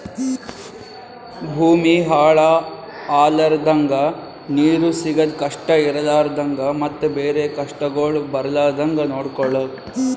ಭೂಮಿ ಹಾಳ ಆಲರ್ದಂಗ, ನೀರು ಸಿಗದ್ ಕಷ್ಟ ಇರಲಾರದಂಗ ಮತ್ತ ಬೇರೆ ಕಷ್ಟಗೊಳ್ ಬರ್ಲಾರ್ದಂಗ್ ನೊಡ್ಕೊಳದ್